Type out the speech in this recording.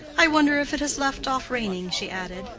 i wonder if it has left off raining! she added,